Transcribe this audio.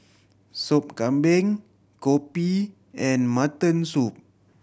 Sup Kambing kopi and mutton soup